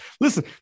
listen